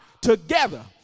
together